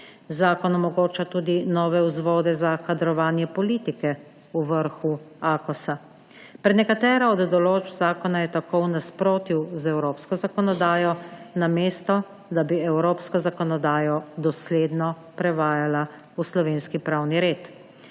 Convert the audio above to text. Zakon omogoča tudi nove vzvode za kadrovanje politike v vrhu Akosa. Prenekatera od določb zakona je tako v nasprotju z evropsko zakonodajo, namesto da bi evropsko zakonodajo dosledno prevajali v slovenski pravni red.